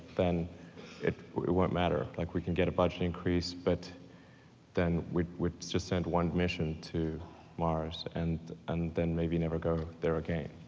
then it wouldn't matter. like we could get a budget increase, but then we'd we'd just send one mission to mars and and then maybe never go there again.